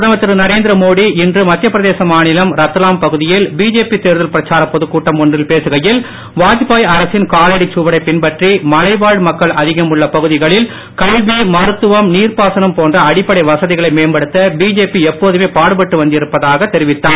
பிரதமர் திரு நரேந்திரமோடி இன்று மத்திய பிரதேச மாநிலம் ரத்லாம் பகுதியில் பிஜேபி தேர்தல் பிரச்சாரப் பொதுக் கூட்டம் ஒன்றில் பேசுகையில் வாஜ்பாய் அரசின் காலடிச் சுவடை பின்பற்றி மலைவாழ் மக்கள் அதிகம் உள்ள பகுதிகளில் கல்வி மருத்துவம் நீர்ப்பாசனம் போன்ற அடிப்படை வசதிகளை மேம்படுத்த பிஜேபி எப்போதுமே பாடுபட்டு வந்திருப்பதாக அவர் தெரிவித்தார்